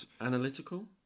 analytical